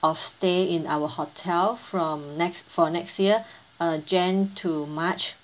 of stay in our hotel from next for next year uh jan to march